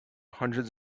hundreds